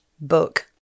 book